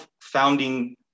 founding